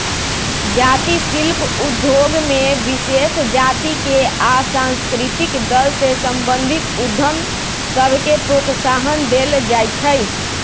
जाती शिल्प उद्योग में विशेष जातिके आ सांस्कृतिक दल से संबंधित उद्यम सभके प्रोत्साहन देल जाइ छइ